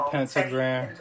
Pentagram